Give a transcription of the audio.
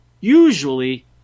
usually